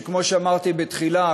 כמו שאמרתי בתחילה,